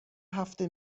هفته